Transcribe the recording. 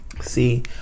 see